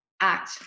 act